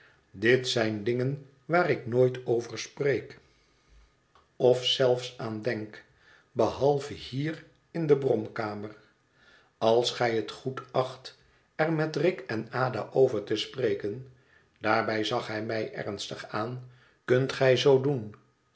dit zijn dingen waar ik nooit over spreek of zelfs aan denk behalve hier in de bromkamer als gij het goed acht er met rick en ada over te spreken daarbij zag hij mij ernstig aan kunt gij zoo doen